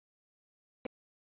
is it